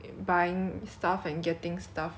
the worst buy one get one free